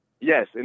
Yes